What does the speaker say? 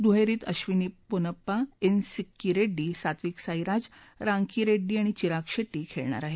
दुहेरीत अक्षिनी पोनप्पा एन सिक्की रेड्डी सात्विक साईराज रांकिरेड्डी आणि चिराग शेट्टी खेळणार आहेत